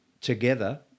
together